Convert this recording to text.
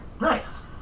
Nice